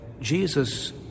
Jesus